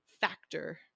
factor